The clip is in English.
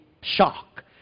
shock